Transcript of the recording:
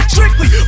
Strictly